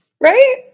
right